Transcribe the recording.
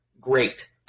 Great